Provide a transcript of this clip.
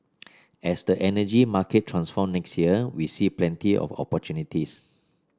as the energy market transforms next year we see plenty of opportunities